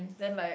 then like